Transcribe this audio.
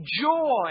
joy